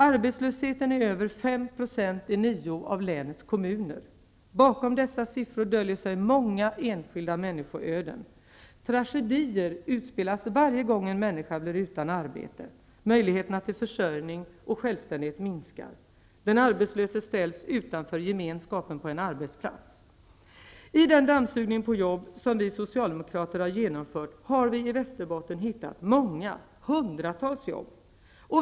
Arbetslösheten är över 5 % i nio av länets kommuner. Bakom dessa siffror döljer sig många enskilda människoöden. Tragedier utspelas varje gång en människa blir utan arbete. Möjligheterna till försörjning och självständighet minskar. Den arbetslöse ställs utanför gemenskapen på en arbetsplats. I den dammsugning på jobb som vi socialdemokrater har genomfört har vi i Västerbotten hittat hundratals jobb.